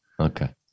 Okay